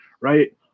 Right